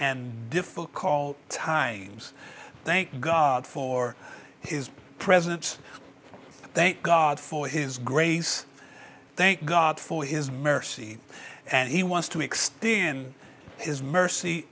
and defoe call times thank god for his presence thank god for his grace thank god for his mercy and he wants to extend his mercy